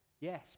Yes